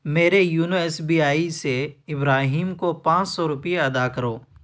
میرے YONO S B I سے ابراہیم کو پانچ سو روپے ادا کرو